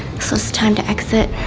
so it's time to exit.